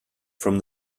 from